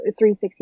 360